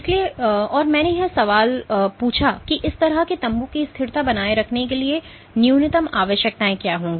इसलिए और मैंने यह सवाल पूछा कि इस तरह के तम्बू की स्थिरता बनाए रखने के लिए न्यूनतम आवश्यकताएं क्या होंगी